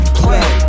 play